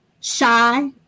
shy